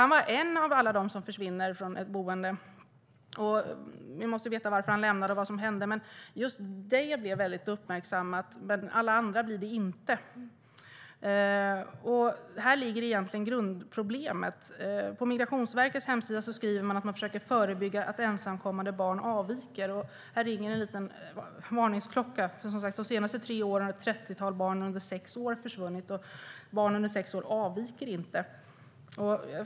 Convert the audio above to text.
Han var en av alla dem som försvinner från boenden. Vi måste veta varför han lämnade boendet och vad som hände. Just det fallet blev uppmärksammat, men alla andra fall blir det inte. Här ligger grundproblemet. På Migrationsverkets hemsida står det att man försöker förebygga att ensamkommande barn avviker. Här ringer en varningsklocka. De senaste tre åren har ett trettiotal barn under sex år försvunnit. Barn under sex år avviker inte.